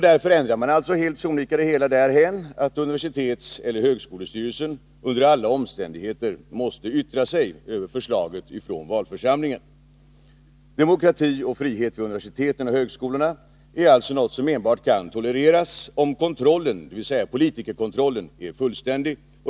Därför ändrar man helt sonika det hela därhän, att universitetseller högskolestyrelsen under alla omständigheter måste yttra sig över förslaget från valförsamlingen. Demokrati och frihet vid universiteten och högskolorna är alltså något som enbart kan tolereras om kontrollen, dvs. politikerkontrollen, är fullständig.